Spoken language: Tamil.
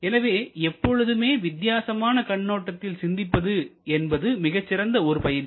எனவே எப்பொழுதுமே வித்தியாசமான கண்ணோட்டத்தில் சிந்திப்பது என்பது மிகச் சிறந்த ஒரு பயிற்சி